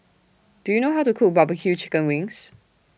Do YOU know How to Cook Barbeque Chicken Wings